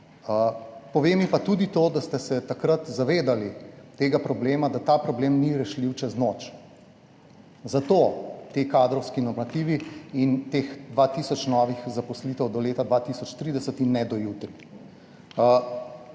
Pove mi pa tudi to, da ste se takrat zavedali tega problema, da ni rešljiv čez noč. Zato ti kadrovski normativi in teh dva tisoč novih zaposlitev do leta 2030 in ne do jutri.